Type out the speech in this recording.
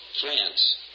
France